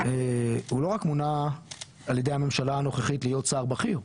הוא לא רק מונה על ידי הממשלה הנוכחית להיות שר בכיר,